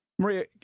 Maria